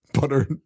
butter